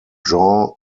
jean